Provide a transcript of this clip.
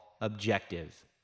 objective